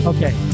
Okay